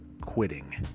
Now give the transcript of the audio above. Quitting